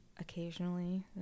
occasionally